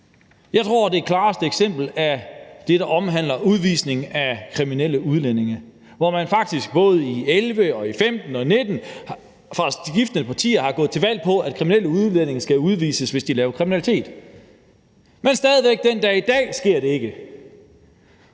Jeg tror, at det klareste eksempel er det, der handler om udvisning af kriminelle udlændinge, hvor skiftende partier, faktisk både i 2011, 2015 og 2019, er gået til valg på, at kriminelle udlændinge skal udvises, hvis de begår kriminalitet – men stadig væk den dag i dag sker det ikke.